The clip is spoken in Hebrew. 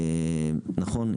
נכון,